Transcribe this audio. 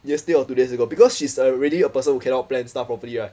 yesterday or two days ago because she's already a person who cannot plan stuff properly [one]